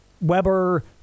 Weber